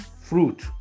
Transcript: fruit